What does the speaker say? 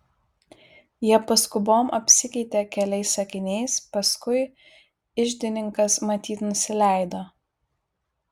jie paskubom apsikeitė keliais sakiniais paskui iždininkas matyt nusileido